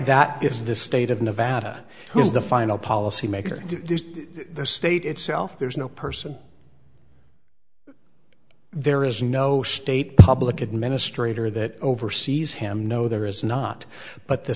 that it's the state of nevada who is the final policy maker to the state itself there is no person there is no state public administrator that oversees him no there is not but the